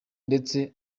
ndetse